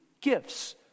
gifts